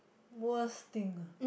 worst thing ah